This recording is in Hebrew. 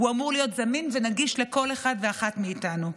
הוא אמור להיות זמין ונגיש לכל אחד ואחת מאיתנו,